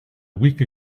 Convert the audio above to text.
week